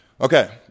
Okay